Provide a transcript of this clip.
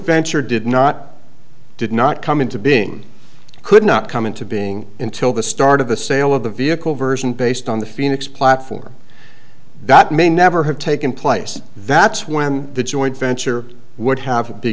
venture did not did not come into being could not come into being in till the start of the sale of the vehicle version based on the phoenix platform that may never have taken place that's when the joint venture would have